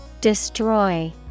Destroy